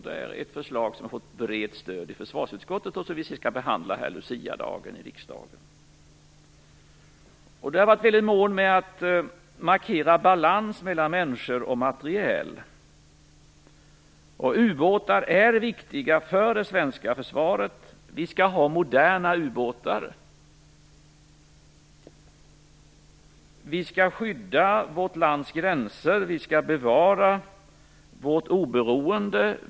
Det är ett förslag som också har fått brett stöd i försvarsutskottet och som skall behandlas här i kammaren på Luciadagen. Jag har varit mycket mån om att markera balans mellan människor och materiel. Och ubåtar är viktiga för det svenska försvaret. Vi skall ha moderna ubåtar. Vi skall skydda vårt lands gränser. Vi skall bevara vårt oberoende.